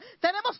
tenemos